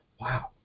wow